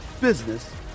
business